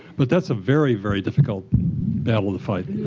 but that's a very, very difficult battle to fight.